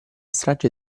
strage